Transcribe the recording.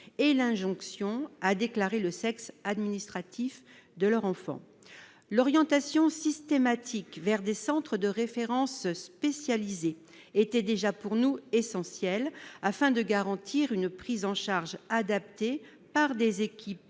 de l'injonction à déclarer le sexe administratif de leur enfant. L'orientation systématique vers les centres de référence spécialisés est déjà, pour nous, essentielle ; cela permet de garantir une prise en charge adaptée par des équipes